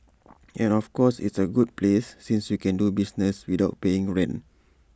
and of course it's A good place since you can do business without paying rent